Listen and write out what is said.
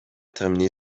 terminer